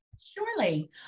Surely